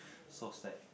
so sad